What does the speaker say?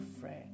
friend